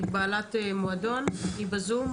היא בעלת מועדון והיא בזום,